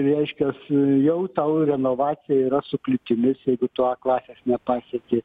reiškias jau tau renovacija yra su kliūtimis jeigu tu a klasės nepasieki